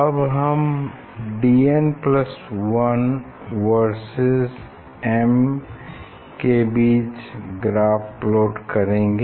अब हम Dnm versus m के बीच ग्राफ प्लॉट करेंगे